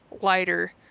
lighter